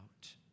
out